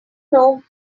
know